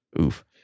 Oof